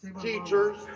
Teachers